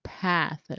path